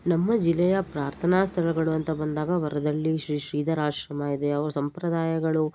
ನಮ್ಮ ಜಿಲ್ಲೆಯ ಪ್ರಾರ್ಥನಾ ಸ್ಥಳಗಳು ಅಂತ ಬಂದಾಗ ವರದಳ್ಳಿ ಶ್ರೀ ಶ್ರೀಧರಾಶ್ರಮ ಇದೆ ಅವ್ರ ಸಂಪ್ರದಾಯಗಳು